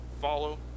Follow